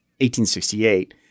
1868